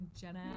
Jenna